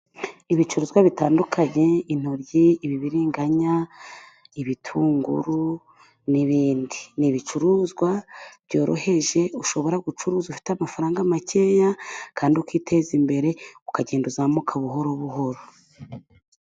Ibicuruzwa bitandukanye， intoryi， ibibiriganya， ibitunguru n'ibindi. Ni ibicuruzwa byoroheje， ushobora gucuruza ufite amafaranga makeya， kandi ukiteza imbere，ukagenda uzamuka buhoro buhoro.